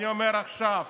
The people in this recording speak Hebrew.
אני אומר עכשיו